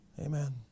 Amen